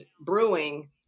brewing